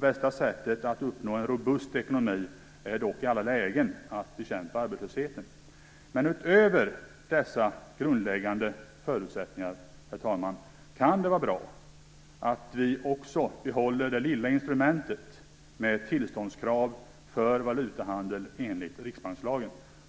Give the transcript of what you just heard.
Bästa sättet att uppnå en robust ekonomi är dock i alla lägen att bekämpa arbetslösheten. Men utöver dessa grundläggande förutsättningar, herr talman, kan det vara bra att vi också behåller det lilla instrumentet med tillståndskrav för valutahandlare enligt riksbankslagen.